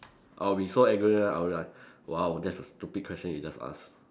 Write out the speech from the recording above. I'll be so angry lah I'll be like !wow! that's a stupid question you just ask